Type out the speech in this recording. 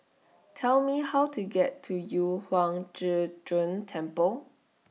Tell Me How to get to Yu Huang Zhi Zun Temple